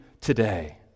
today